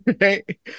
right